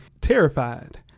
terrified